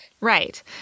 Right